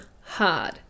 hard